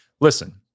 listen